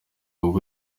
urwo